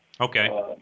Okay